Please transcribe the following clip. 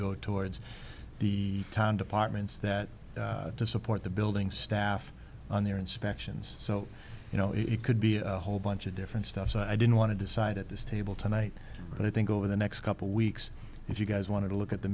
go towards the town departments that to support the building staff on their inspections so you know it could be a whole bunch of different stuff so i didn't want to decide at this table tonight and i think over the next couple weeks if you guys want to look at the